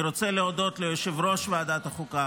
אני רוצה להודות ליושב-ראש ועדת החוקה,